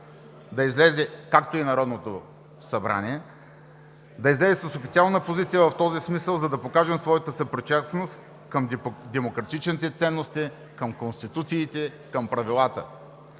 министър, както и Народното събрание, да излязат с официална позиция в този смисъл, за да покажем своята съпричастност към демократичните ценности, към конституциите, към правилата.